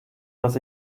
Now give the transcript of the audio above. dass